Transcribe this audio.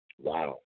Wow